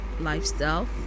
lifestyle